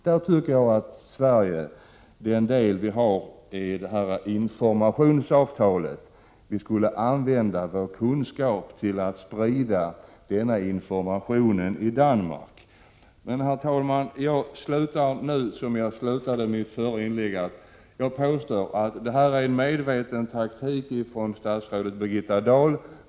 Jag tycker att Sverige skulle utnyttja sin del av informationsavtalet till att på basis av vår kunskap sprida denna information i Danmark. Herr talman! Jag slutar detta inlägg på samma sätt som jag slutade mitt förra inlägg. Jag påstår att detta är medveten taktik av statsrådet Birgitta Dahl.